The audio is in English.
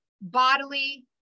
bodily